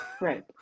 Right